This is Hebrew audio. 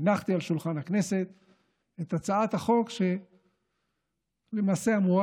הנחתי על שולחן הכנסת את הצעת החוק שלמעשה אמורה